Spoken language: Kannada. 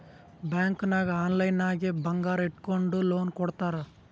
ಬ್ಯಾಂಕ್ ನಾಗ್ ಆನ್ಲೈನ್ ನಾಗೆ ಬಂಗಾರ್ ಇಟ್ಗೊಂಡು ಲೋನ್ ಕೊಡ್ತಾರ್